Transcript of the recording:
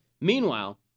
Meanwhile—